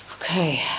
okay